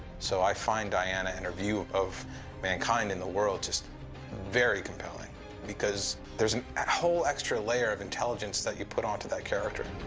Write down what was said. so i find diana and her view of mankind and the world just very compelling because there's a whole extra layer of intelligence that you put onto that character.